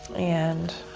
and